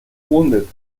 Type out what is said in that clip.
wounded